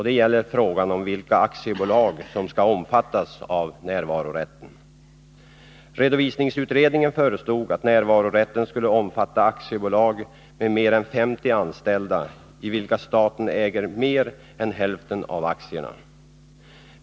Det gäller frågan om vilka aktiebolag som skall omfattas av närvarorätten. Redovisningsutredningen föreslog att närvarorätten skulle omfatta aktiebolag med mer än 50 anställda och i vilka staten äger mer än hälften av aktierna.